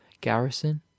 Garrison